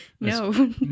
No